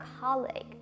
colleague